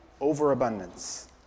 overabundance